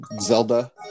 Zelda